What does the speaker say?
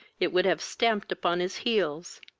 it would have stamped upon his heels.